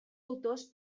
autors